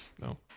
no